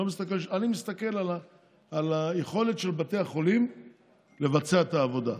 אני מסתכל על היכולת של בתי החולים לבצע את העבודה.